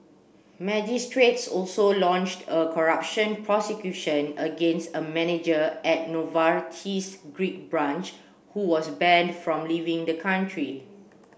magistrates also launched a corruption prosecution against a manager at Novartis's Greek branch who was banned from leaving the country